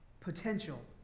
potential